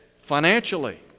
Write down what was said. financially